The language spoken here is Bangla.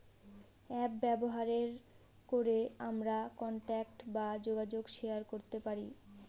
অ্যাপ ব্যবহার করে আমরা কন্টাক্ট বা যোগাযোগ শেয়ার করতে পারি